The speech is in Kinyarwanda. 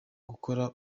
gukora